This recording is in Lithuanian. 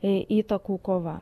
įtakų kova